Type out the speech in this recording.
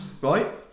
right